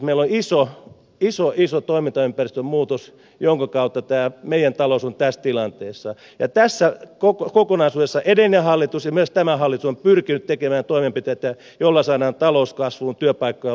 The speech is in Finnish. meillä on iso iso toimintaympäristön muutos jonka kautta meidän taloutemme on tässä tilanteessa ja tässä kokonaisuudessa edellinen hallitusimme estämään hallintoon pyrkinyt tekemään toimenpiteitä jolla soineen talouskasvun työpaikka